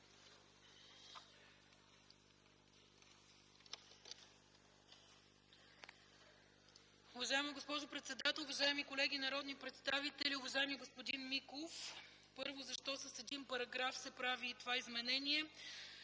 Уважаема госпожо председател, уважаеми колеги народни представители! Уважаеми господин Миков, първо - защо с един параграф се прави това изменение.